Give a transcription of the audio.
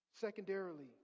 Secondarily